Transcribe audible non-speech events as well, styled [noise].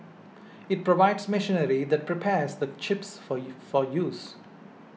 it provides machinery that prepares the chips for [unintelligible] use